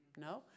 No